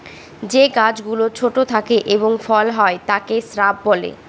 যে গাছ গুলো ছোট থাকে এবং ফল হয় তাকে শ্রাব বলে